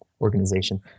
organization